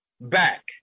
back